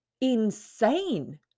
insane